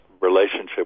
relationship